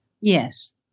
Yes